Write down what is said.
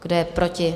Kdo je proti?